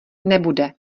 nebude